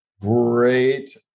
Great